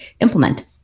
implement